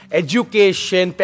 education